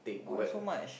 why so much